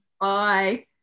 Bye